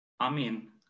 Amen